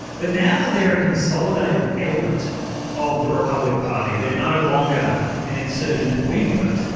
but now that they're a consolidated element of the republican party they're no longer an insurgent wing of it.